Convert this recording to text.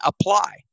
apply